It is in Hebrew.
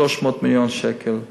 300 מיליון שקל לשנה.